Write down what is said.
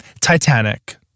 Titanic